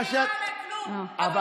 חברת הכנסת בן משה.